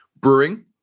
Brewing